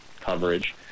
coverage